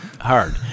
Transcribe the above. hard